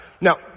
Now